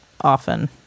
often